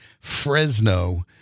Fresno